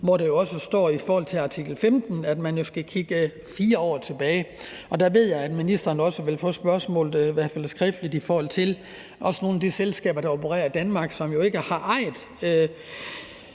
hvor der jo også står i forhold til artikel 15, at man skal kigge 4 år tilbage, og der ved jeg, at ministeren også vil få spørgsmålet, i hvert fald skriftligt, i forhold til også nogle af de selskaber, der opererer i Danmark, og som jo ikke har ejet